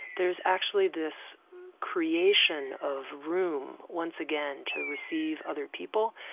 there's actually this creation of room once again to receive other people.